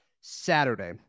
Saturday